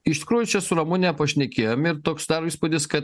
iš tikrųjų čia su ramune pašnekėjom ir toks susidaro įspūdis kad